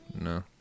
No